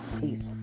Peace